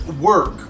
work